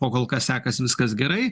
o kol kas sekas viskas gerai